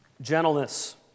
gentleness